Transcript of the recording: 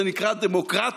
זה נקרא דמוקרטיה,